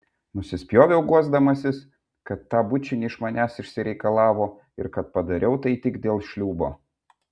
nusispjoviau guosdamasis kad tą bučinį iš manęs išsireikalavo ir kad padariau tai tik dėl šliūbo